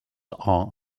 are